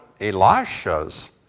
Elisha's